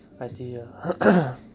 idea